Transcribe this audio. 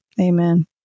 Amen